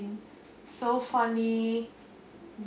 so funny